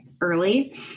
early